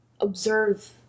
Observe